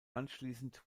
anschließend